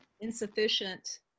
insufficient